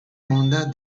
onda